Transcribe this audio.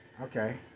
Okay